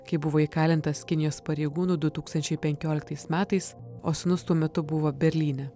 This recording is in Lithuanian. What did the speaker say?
kai buvo įkalintas kinijos pareigūnų du tūkstančiai penkioliktais metais o sūnus tuo metu buvo berlyne